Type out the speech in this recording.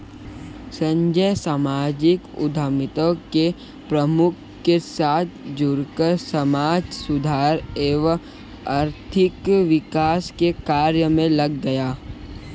संजय सामाजिक उद्यमिता के प्रमुख के साथ जुड़कर समाज सुधार एवं आर्थिक विकास के कार्य मे लग गया